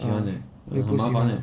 ah 你不喜欢